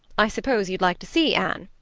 i suppose you'd like to see anne.